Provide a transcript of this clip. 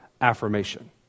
affirmation